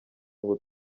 ngo